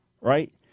right